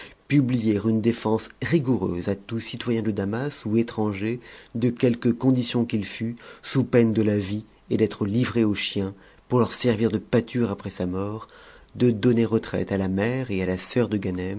publier une défense rigoureuse a tout citoyen de damas ou étranger de quelque condition qu'il fût sous peine de la vie et d'être livré aux chiens pour leur servir de pâture après sa mort de donner retraite à la mère et à la sœur de ganem